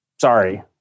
Sorry